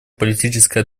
политическая